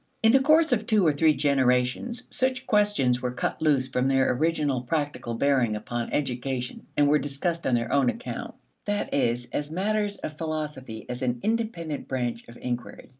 in the course of two or three generations such questions were cut loose from their original practical bearing upon education and were discussed on their own account that is, as matters of philosophy as an independent branch of inquiry.